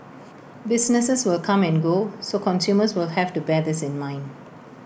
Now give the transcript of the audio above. businesses will come and go so consumers will have to bear this in mind